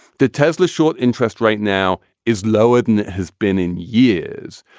the tesla short interest rate now is lower than it has been in years.